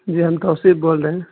جی ہم توصیف بول رہے ہیں